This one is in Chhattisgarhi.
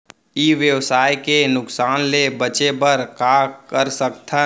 ई व्यवसाय के नुक़सान ले बचे बर का कर सकथन?